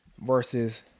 versus